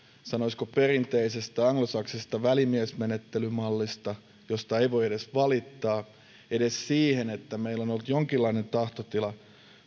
sanoisiko perinteisestä anglosaksisesta välimiesmenettelymallista josta ei voi edes valittaa edes siihen että meillä on ollut jonkinlainen tahtotila